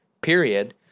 period